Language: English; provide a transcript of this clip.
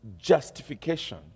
justification